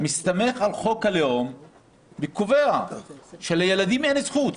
שמסתמך על חוק הלאום וקובע שלילדים אין זכות.